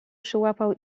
przyłapał